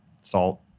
salt